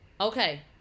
okay